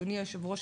אדוני היושב-ראש,